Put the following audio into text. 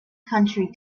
country